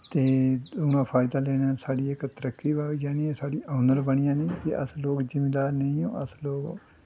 ते दूना फैदा लैना साढ़ी इक तरक्की होई जानी ते साढ़ी आमदन बनी जानी ते अस लोग जमींदार नेईं अस लोग